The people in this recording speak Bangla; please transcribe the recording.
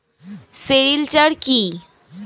সেরিলচার কি?